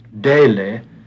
daily